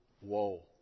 whoa